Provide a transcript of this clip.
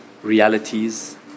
realities